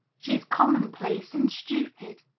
she is commonplace and stupid.